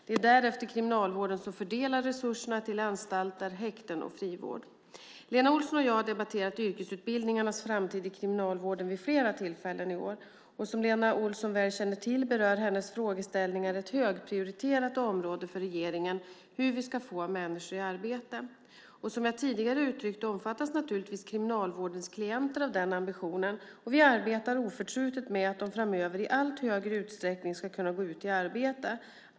Det är därefter kriminalvården som fördelar resurserna till anstalter, häkten och frivård. Lena Olsson och jag har debatterat yrkesutbildningarnas framtid i kriminalvården vid flera tillfällen i år. Som Lena Olsson väl känner till berör hennes frågeställningar ett högprioriterat område för regeringen: hur vi ska få människor i arbete. Som jag tidigare uttryckt omfattas naturligtvis kriminalvårdens klienter av denna ambition, och vi arbetar oförtrutet med att de framöver i allt större utsträckning ska kunna gå ut i arbete.